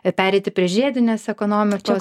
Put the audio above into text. ir pereiti prie žiedinės ekonomikos